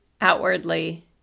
outwardly